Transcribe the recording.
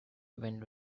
when